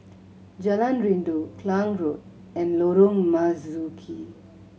Jalan Rindu Klang Road and Lorong Marzuki